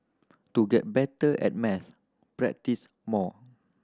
to get better at maths practise more